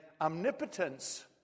omnipotence